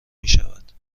میشود